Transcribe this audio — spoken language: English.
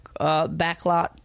backlot